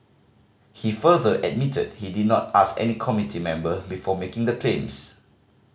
he further admitted he did not ask any committee member before making the claims